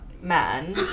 Man